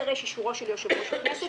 אישורו של יושב-ראש הכנסת,